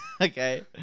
okay